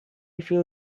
feel